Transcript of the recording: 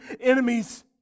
enemies